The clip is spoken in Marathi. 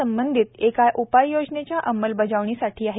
संबंधित एका उपाययोजनांच्या अंमलबजावणीसाठी आहे